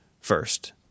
first